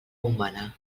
humana